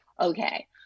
Okay